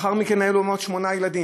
ולאחר מכן היו להם עוד שמונה ילדים.